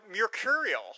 Mercurial